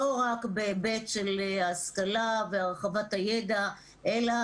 לא רק בהיבט של השכלה והרחבת הידע אלא